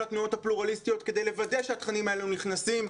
התנועות הפלורליסטיות כדי לוודא שהתכנים האלו נכנסים?